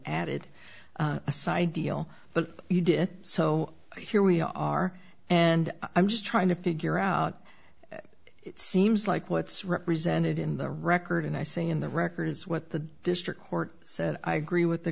added a side deal but you did so here we are and i'm just trying to figure out it seems like what's represented in the record and i say in the record is what the district court said i agree with the